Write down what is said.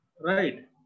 Right